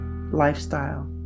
lifestyle